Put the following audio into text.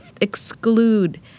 exclude